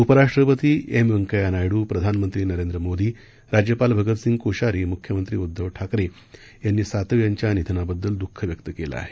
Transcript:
उपराष्ट्रपती एम व्यकय्या नायडू प्रधानमंत्री नरेंद्र मोदी राज्यपाल भगतसिंग कोश्यारी म्ख्यमंत्री उद्धव ठाकरे यांनी सातव यांच्या निधनाबददल द्रःख व्यक्त केलं आहे